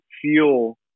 fuel